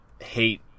hate